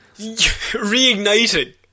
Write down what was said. Reignited